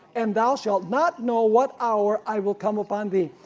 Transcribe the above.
and thou shalt not know what hour i will come upon thee.